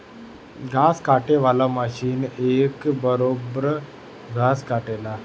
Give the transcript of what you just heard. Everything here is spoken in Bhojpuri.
घास काटे वाला मशीन एक बरोब्बर घास काटेला